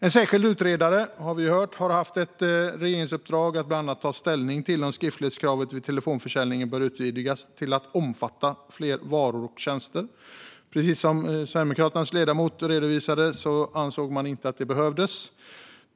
En särskild utredare har haft ett regeringsuppdrag att bland annat ta ställning till om skriftlighetskravet vid telefonförsäljning bör utvidgas till att omfatta fler varor och tjänster. Precis som Sverigedemokraternas ledamot redovisade ansåg man inte att det behövdes.